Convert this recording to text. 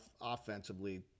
offensively